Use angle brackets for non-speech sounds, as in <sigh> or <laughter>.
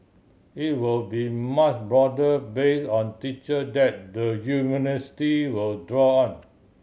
it will be <unintelligible> broader base on teacher that the university will draw on